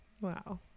wow